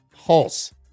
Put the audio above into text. Pulse